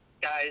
guys